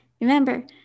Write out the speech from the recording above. Remember